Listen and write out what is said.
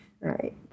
right